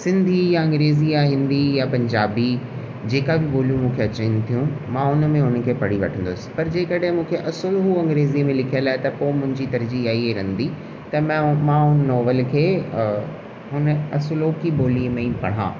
सिंधी या अंग्रेज़ी आहे हिंदी या पंजाबी जेका बि ॿोलियूं मूंखे अचनि थियूं मां हुन में हुननि खे पढ़ी वठंदुसि पर जे कॾहिं मूंखे असुल हू अंग्रेज़ीअ में लिखियुल आहे त पोइ मुंहिंजी तर्जी इहा ई रहंदी त मां हुन नॉवेल खे हुन असुलो की ॿोलीअ में ई पढ़ां